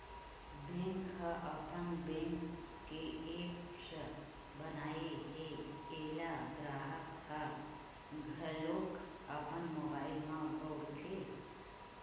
bank ह अपन bank के ऐप्स बनाए हे एला गराहक ह घलोक अपन मोबाइल म बउरथे